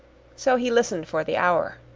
so he listened for the hour.